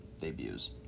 debuts